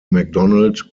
mcdonald